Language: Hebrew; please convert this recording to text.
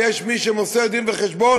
ויש מי שמוסר דין וחשבון,